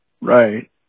Right